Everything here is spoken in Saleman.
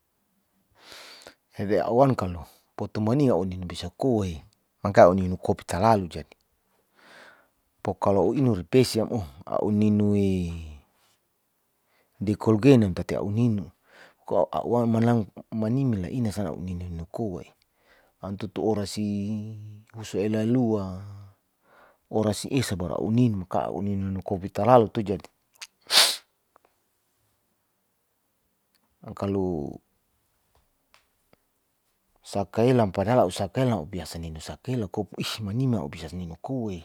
jadi a'u wan kalo poto mania a'u nin bisa koa mangka a'u ninu kopi talu jadi, pokalo a'u ripesiam oh a'u ninu dikolgen nam tati a'u ninu ko a'u wama manlang manine laina sana a'u nininu koa, an tutu oras iiii husu elalua orasi isa barua'u ninu maka a'u nininu talalu to jadi kalo sakaelang padahal a'u sakael nau biasa ninu sakela kopi iss, maima a'u bisa ninu koa ee